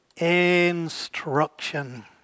Instruction